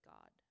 God